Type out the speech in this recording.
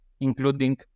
including